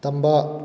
ꯇꯝꯕ